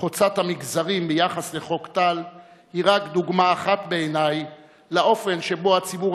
חוצת המגזרים בעניין חוק טל היא רק דוגמה אחת בעיני לאופן שבו הציבור